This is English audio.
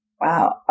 Wow